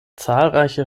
zahlreiche